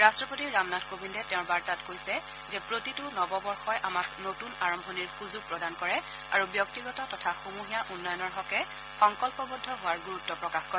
ৰাট্টপতি ৰামনাথ কোবিন্দে তেওঁৰ বাৰ্তাত কৈছে যে প্ৰতিটো নববৰ্ষই আমাক নতুন আৰম্ভণিৰ সুযোগ প্ৰদান কৰে আৰু ব্যক্তিগত তথা সমূহীয়া উন্নয়নৰ হকে সংকল্পবদ্ধ হোৱাৰ গুৰুত্ব প্ৰকাশ কৰে